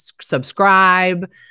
subscribe